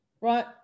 right